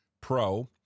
Pro